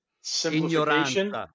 simplification